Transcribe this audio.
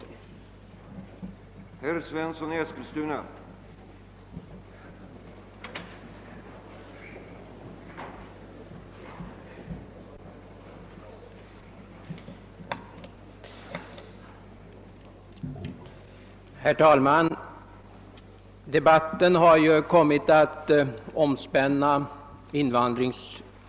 Låt zigenarna stanna!